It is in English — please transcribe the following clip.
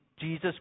Jesus